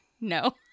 No